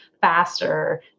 faster